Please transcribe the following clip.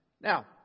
Now